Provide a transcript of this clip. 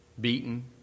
beaten